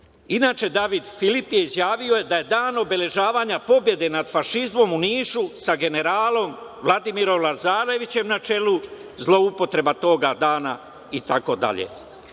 Englez. Inače, David Filip je izjavio da je Dan obeležavanja pobede nad fašizmom u Nišu sa generalom Vladimirom Lazarevićem na čelu, zloupotreba toga dana itd.